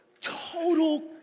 total